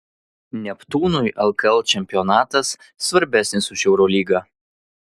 neptūnui lkl čempionatas svarbesnis už eurolygą